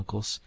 UNCLE'S